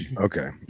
Okay